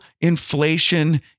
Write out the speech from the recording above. inflation